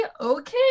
okay